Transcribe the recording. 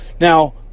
Now